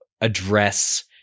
address